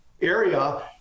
area